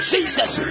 Jesus